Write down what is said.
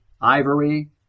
ivory